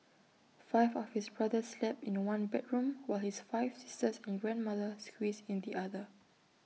five of his brothers slept in one bedroom while his five sisters and grandmother squeezed in the other